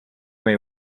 may